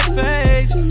face